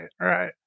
right